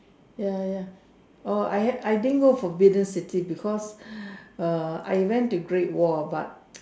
ya ya oh I had I didn't go forbidden city because I went to great wall but